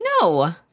no